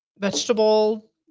vegetable